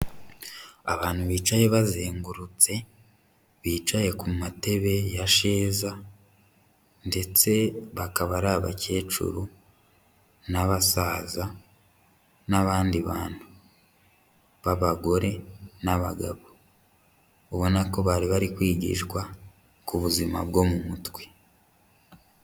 Abantu bicaye bazengurutse, bicaye ku matebe ya sheza ndetse bakaba ari abakecuru n'abasaza n'abandi bantu b'abagore n'abagabo, ubona ko bari bari kwigishwa ku buzima bwo mu mutwe.